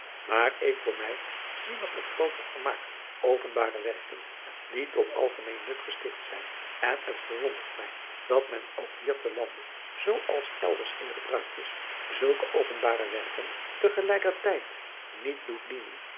maar ik voor mij zie nog met grooter vermaak openbare werken die tot algemeen nut gesticht zijn en het verwondert mij dat men ook hier te lande zoo als elders in gebruik is zulke openbare werken ter gelijker tijd niet doet dienen